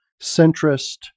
centrist